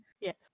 Yes